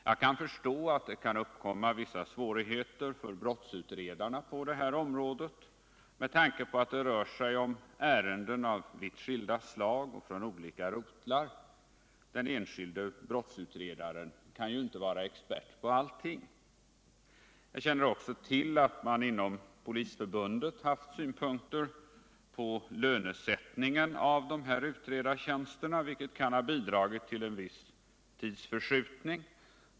Jag kan förstå att det kan uppkomma vissa svårigheter för brottsutredarna på det här området med tanke på att det rör sig om ärenden av vitt skilda slag och från olika rotlar. Den enskilde brottsutredaren kan inte vara expert på allting. Jag känner också till att man inom Polisförbundet haft synpunkter på lönesättningen av dessa utredartjänster, vilket kan ha bidragit till en viss tidsförskjutning.